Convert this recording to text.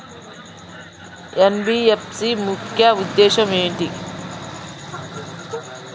NBFC ముఖ్య ఉద్దేశం ఏంటి?